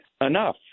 Enough